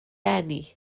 eni